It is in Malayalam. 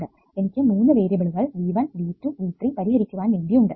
എനിക്ക് മൂന്ന് വേരിയബിളുകൾ V1 V2 V3 പരിഹരിക്കുവാൻ വേണ്ടി ഉണ്ട്